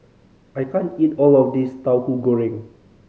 I can't eat all of this Tauhu Goreng